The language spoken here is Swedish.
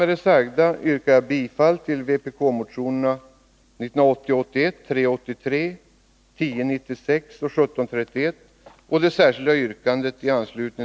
Med det sagda yrkar jag